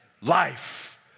life